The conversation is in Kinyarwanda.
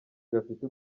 gafite